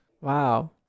Wow